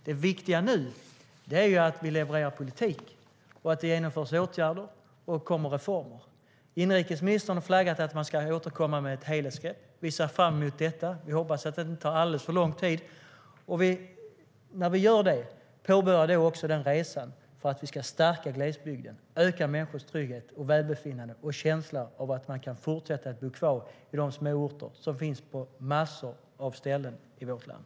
Det viktiga nu är att vi levererar politik och att det genomförs åtgärder och kommer reformer. Inrikesministern har flaggat för att man ska återkomma med ett helhetsgrepp. Vi ser fram emot detta. Vi hoppas att det inte tar alltför lång tid och att vi därmed påbörjar resan mot att stärka glesbygden, öka människors trygghet och välbefinnande och känsla av att man kan fortsätta att bo kvar i de småorter som finns på massor av ställen i vårt land.